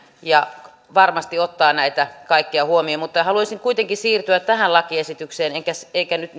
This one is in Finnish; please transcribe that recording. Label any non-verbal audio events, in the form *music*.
ja varmasti ottaa näitä kaikkia huomioon mutta haluaisin kuitenkin siirtyä tähän lakiesitykseen enkä nyt *unintelligible*